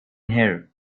here